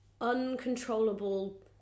uncontrollable